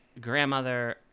grandmother